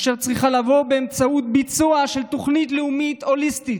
אשר צריכה לבוא באמצעות ביצוע של תוכנית לאומית הוליסטית,